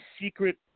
secret